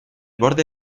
borde